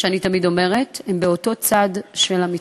ואני תמיד אומרת: הם באותו צד של המתרס.